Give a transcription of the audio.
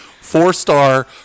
four-star